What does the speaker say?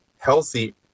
healthy